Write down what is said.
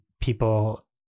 people